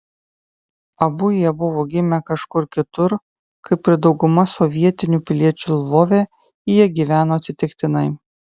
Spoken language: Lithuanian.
abu jie buvo gimę kažkur kitur kaip ir dauguma sovietinių piliečių lvove jie gyveno atsitiktinai